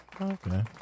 Okay